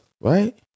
right